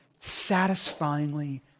satisfyingly